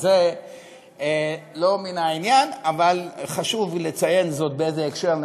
אז זה לא מן העניין אבל חשוב לציין זאת באיזה הקשר,